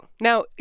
Now